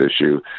issue